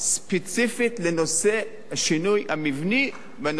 ספציפית לנושא השינוי המבני בנושאים